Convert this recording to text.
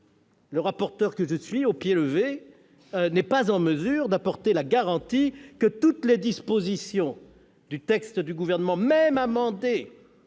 Le rapporteur que je suis, au pied levé, n'est pas en mesure d'apporter la garantie que toutes les dispositions du texte du Gouvernement, même amendé